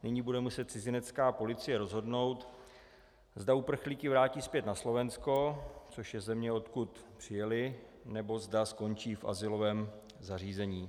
Nyní bude muset cizinecká policie rozhodnout, zda uprchlíky vrátí zpět na Slovensko, což je země, odkud přijeli, nebo zda skončí v azylovém zařízení.